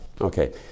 Okay